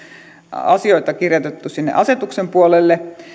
asioita kirjoitettu sinne asetuksen puolelle